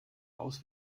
aus